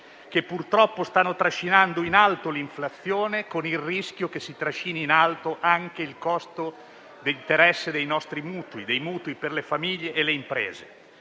che purtroppo stanno trascinando in alto l'inflazione, con il rischio che si trascini in alto anche il costo degli interessi dei nostri mutui, dei mutui per le famiglie e le imprese.